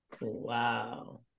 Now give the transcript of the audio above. Wow